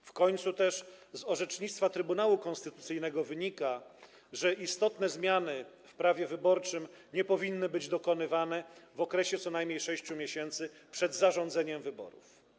W końcu z orzecznictwa Trybunału Konstytucyjnego wynika, że istotne zmiany w prawie wyborczym nie powinny być dokonywane w okresie co najmniej 6 miesięcy przed zarządzeniem wyborów.